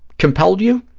compelled you.